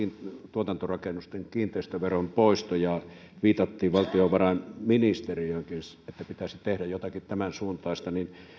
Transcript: tuotantorakennusten kiinteistöveron poisto viitattiin valtiovarainministeriöönkin että pitäisi tehdä jotakin tämänsuuntaista